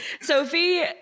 Sophie